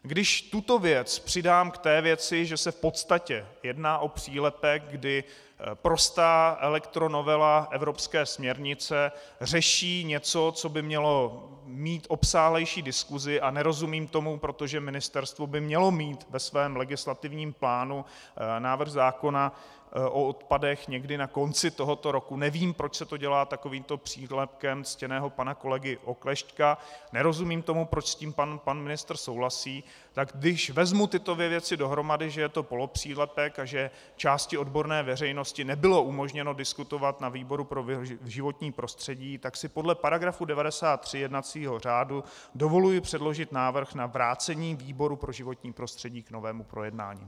Když tuto věc přidám k té věci, že se v podstatě jedná o přílepek, kdy prostá elektronovela evropské směrnice řeší něco, co by mělo mít obsáhlejší diskusi a nerozumím tomu, protože ministerstvo by mělo mít ve svém legislativním plánu návrh zákona o odpadech někdy na konci tohoto roku, nevím, proč se to dělá takovýmto přílepkem ctěného pana kolegy Oklešťka, nerozumím tomu, proč s tím pan ministr souhlasí tak když vezmu tyto dvě věci dohromady, že je to polopřílepek a že části odborné veřejnosti nebylo umožněno diskutovat na výboru pro životní prostředí, tak si podle § 93 jednacího řádu dovoluji předložit návrh na vrácení výboru pro životní prostředí k novému projednání.